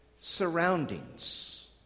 surroundings